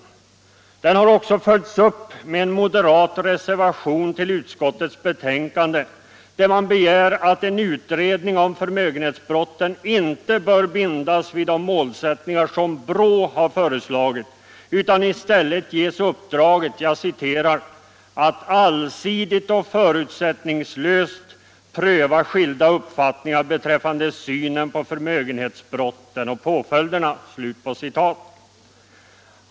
Motionen har också följts upp med en moderat reservation vid utskottets betänkande, i vilken man begär att en utredning om förmögenhetsbrotten inte skall bindas vid de målsättningar som BRÅ föreslagit utan i stället ges i uppdrag ”att allsidigt och förutsättningslöst pröva skilda uppfattningar beträffande synen på förmögenhetsbrotten och påföljderna för sådana brott”.